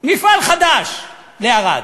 מפעל חדש, לערד.